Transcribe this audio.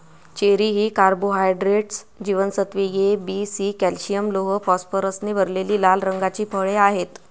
cherry ही carbohydrates, जीवनसत्त्वे A, B, C, calcium, लोह, फॉस्फरसने भरलेली लाल रंगाची फळे आहेत